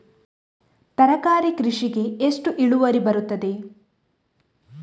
ತರಕಾರಿ ಕೃಷಿಗೆ ಎಷ್ಟು ಇಳುವರಿ ಬರುತ್ತದೆ?